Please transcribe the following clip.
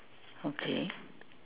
okay